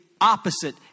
opposite